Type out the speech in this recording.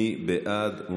מי בעד?